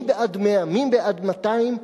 מי בעד 100, מי בעד 200?